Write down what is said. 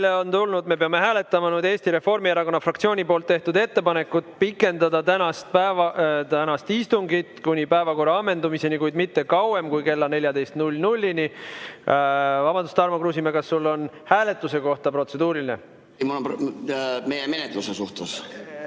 me peame hääletama Eesti Reformierakonna fraktsiooni tehtud ettepanekut pikendada tänast istungit kuni päevakorra ammendumiseni, kuid mitte kauem kui kella 14‑ni. Vabandust, Tarmo Kruusimäe, kas sul on hääletuse kohta protseduuriline? Meile on tulnud